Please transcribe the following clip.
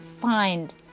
find